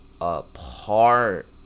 apart